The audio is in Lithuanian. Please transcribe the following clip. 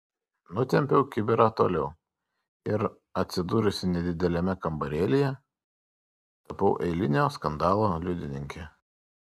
nutempiau kibirą toliau ir atsidūrusi nedideliame kambarėlyje tapau eilinio skandalo liudininke